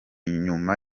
nyuma